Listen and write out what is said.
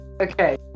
Okay